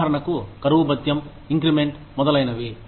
ఉదాహరణకు కరువు భత్యం ఇంక్రిమెంట్ మొదలైనవి